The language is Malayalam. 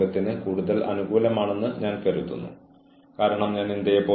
ഒരു ജീവനക്കാരനെ അച്ചടക്കത്തോടെ പുറത്താക്കുന്നതിന് അത് ഒരു കാരണമായിരിക്കരുത്